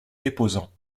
déposant